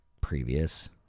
previous